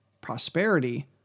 prosperity